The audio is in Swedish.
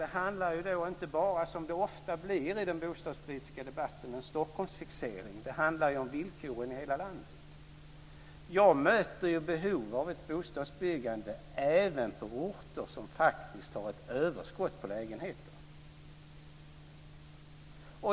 Det handlar ju inte bara, som det ofta blir i den bostadspolitiska debatten, om en Stockholmsfixering, utan det handlar om villkoren i hela landet. Jag möter ett behov av bostadsbyggande även på orter där det faktiskt är ett överskott på lägenheter.